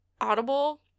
audible